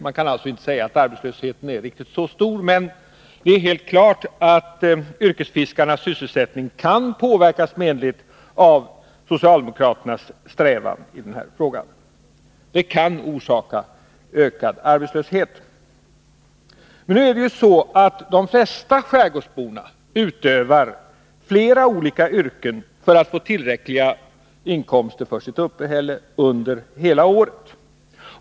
Man kan alltså inte säga att arbetslösheten är riktigt så stor, men det är helt klart att yrkesfiskarnas sysselsättning kan påverkas menligt av socialdemokraternas strävan i denna fråga. Detta kan orsaka ökad arbetslöshet. De flesta skärgårdsbor utövar flera olika yrken för att få tillräckliga inkomster för sitt uppehälle under hela året.